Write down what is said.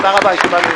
(ציון עובר במבחני ההסמכה), התשע"ט 2019, נתקבלה.